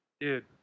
Dude